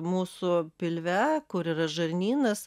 mūsų pilve kur yra žarnynas